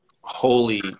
holy